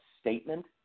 statement